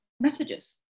messages